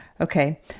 okay